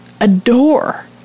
adore